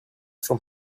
from